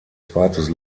zweites